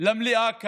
למליאה כאן,